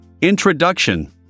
Introduction